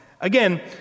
Again